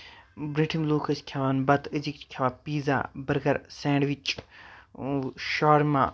بروٗنٹھِم لوٗکھ ٲسۍ کھٮ۪وان بَتہٕ أزِکۍ چھِ کھٮ۪وان پیٖزا بٔرگر سینڈوِچ شورما